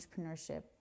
entrepreneurship